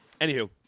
Anywho